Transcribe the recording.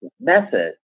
method